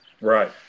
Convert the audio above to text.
right